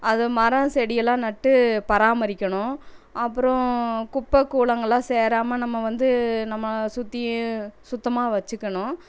அது மரம் செடியெல்லாம் நட்டு பராமரிக்கணும் அப்புறம் குப்பைக் கூளங்களெலாம் சேராமல் நம்மை வந்து நம்மை சுற்றி சுத்தமாக வச்சுக்கணும்